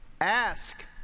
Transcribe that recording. Ask